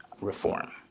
reform